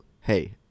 Hey